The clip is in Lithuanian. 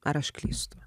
ar aš klystu